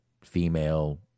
female